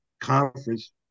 conference